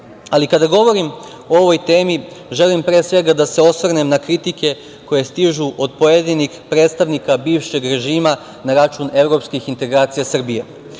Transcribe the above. zemlju. Kada govorim o ovoj temi, želim, pre svega da se osvrnem na kritike koje stižu od pojedinih predstavnika bivšeg režima, na račun Evropskih integracija Srbije. Smešno